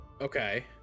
okay